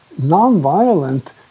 nonviolent